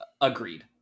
Agreed